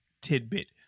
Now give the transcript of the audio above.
tidbit